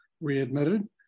readmitted